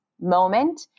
moment